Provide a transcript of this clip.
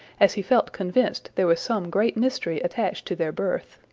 as he felt convinced there was some great mystery attached to their birth.